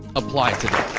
apply today.